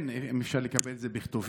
כן, אם אפשר לקבל את זה בכתובים.